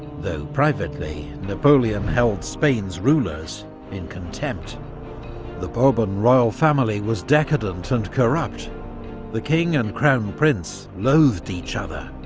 though privately, napoleon held spain's rulers in contempt the bourbon royal family was decadent and corrupt the king and crown prince loathed each other,